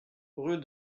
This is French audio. rue